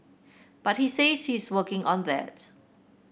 but he says he is working on that